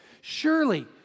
Surely